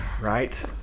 right